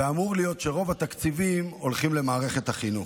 וזה אמור להיות כך שרוב התקציבים הולכים למערכת החינוך.